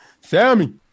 Sammy